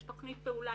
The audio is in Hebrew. יש תוכנית פעולה,